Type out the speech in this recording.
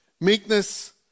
Meekness